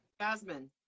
jasmine